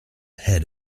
head